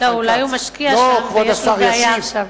אולי הוא משקיע שם ויש לו בעיה עכשיו.